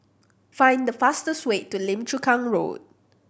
find the fastest way to Lim Chu Kang Road